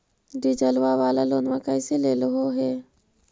डीजलवा वाला लोनवा कैसे लेलहो हे?